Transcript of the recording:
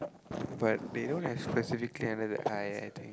but they don't have specifically under the eye i think